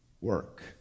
work